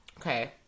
Okay